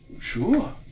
Sure